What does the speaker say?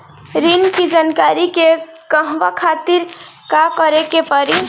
ऋण की जानकारी के कहवा खातिर का करे के पड़ी?